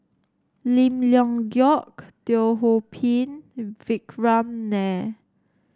Lim Leong Geok Teo Ho Pin Vikram Nair